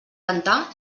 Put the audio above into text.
cantar